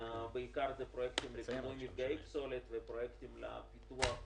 בעיקר לפרויקטים לפינוי מפגעי פסולת ופרויקטים לפיקוח,